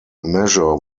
measure